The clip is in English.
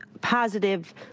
positive